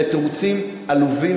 אלה תירוצים עלובים,